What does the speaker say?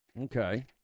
Okay